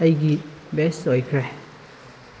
ꯑꯩꯒꯤ ꯕꯦꯁ ꯑꯣꯏꯈ꯭ꯔꯦ